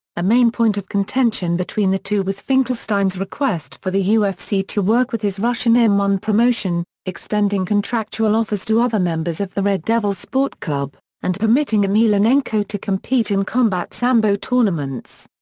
a main point of contention between the two was finkelstein's request for the ufc to work with his russian m one promotion, extending contractual offers to other members of the red devil sport club, and permitting emelianenko to compete in combat sambo tournaments.